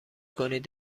کنید